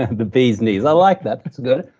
the bee's knees, i like that. it's good.